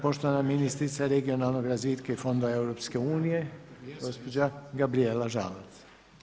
Poštovana ministrica regionalnog razvitka i fondova EU gospođa Garijela Žalac.